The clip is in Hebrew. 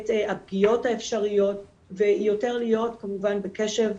את הפגיעות האפשריות ויותר להיות כמובן בקשר לאותו,